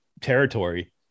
territory